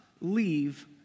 leave